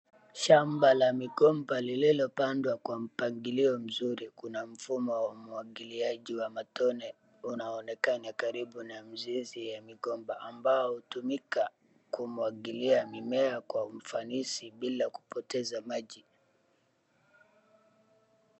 Shamba la migomba lililopangwa kwa mpangilio mzuri kuna mfumo wa umwagiliaji wa matone unaoonekana karibu na mzizi ya mgomba ambao hutumika kumwagilia mimea kwa hufanisi bila kupoteza maji.